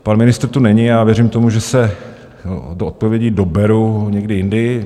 Pan ministr tu není, já věřím tomu, že se odpovědí doberu někdy jindy.